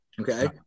Okay